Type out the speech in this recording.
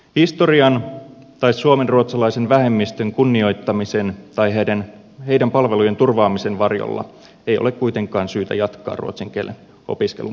historian tai suomenruotsalaisen vähemmistön kunnioittamisen tai heidän palveluidensa turvaamisen varjolla ei ole kuitenkaan syytä jatkaa ruotsin kielen opiskelun pakollisuutta